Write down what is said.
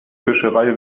fischerei